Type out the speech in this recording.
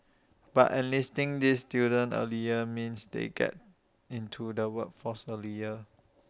but enlisting these students earlier means they get into the workforce earlier